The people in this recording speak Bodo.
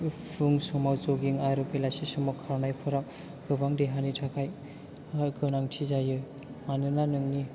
फुं समाव जगिं आरो बेलासि समफोराव खारनायफोरा गोबां देहानि थाखाय गोनांथि जायो मानोना नोंनि